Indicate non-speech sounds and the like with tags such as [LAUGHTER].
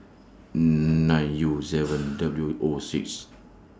nine U seven [NOISE] W O six